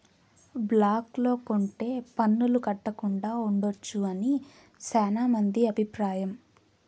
black లో కొంటె పన్నులు కట్టకుండా ఉండొచ్చు అని శ్యానా మంది అభిప్రాయం